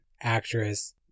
actress